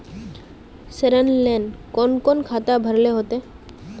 ऋण लेल कोन कोन खाता भरेले होते?